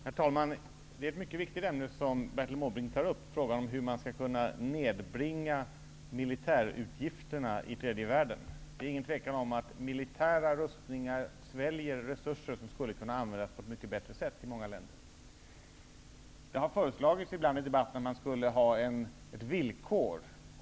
Herr talman! Det är ett mycket viktigt ämne som Bertil Måbrink berör, nämligen frågan om hur man skall kunna nedbringa militärutgifterna i tredje världen. Det råder inget tvivel om att militära rustningar i många länder sväljer resurser som skulle kunna användas på ett mycket bättre sätt. Det har ibland föreslagits i debatten att man skulle införa ett villkor.